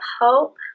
hope